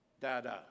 Dada